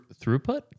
Throughput